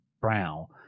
brow